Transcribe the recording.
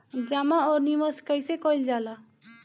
जमा और निवेश कइसे कइल जाला?